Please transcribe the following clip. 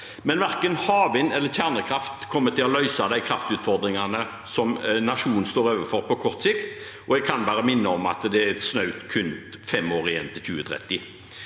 verken havvind eller kjernekraft til å løse de kraftutfordringene som nasjonen står overfor på kort sikt. Jeg kan bare minne om at det er kun fem år igjen til 2030.